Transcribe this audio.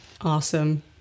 Awesome